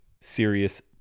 serious